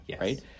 right